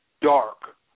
dark